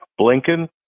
Blinken